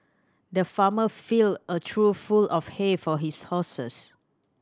the farmer filled a trough full of hay for his horses